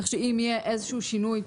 כך שאם יהיה איזשהו שינוי,